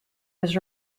was